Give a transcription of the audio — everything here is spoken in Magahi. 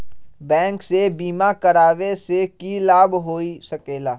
बैंक से बिमा करावे से की लाभ होई सकेला?